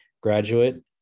graduate